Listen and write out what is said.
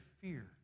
fear